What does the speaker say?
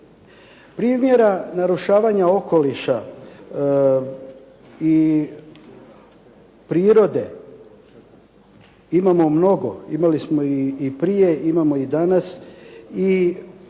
Primjera narušavanja okoliša i prirode imamo mnogo. Imali smo i prije imamo i danas i